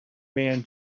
man